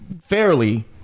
fairly